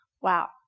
Wow